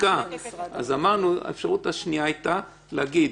האפשרות השנייה הייתה להגיד